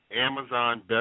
Amazon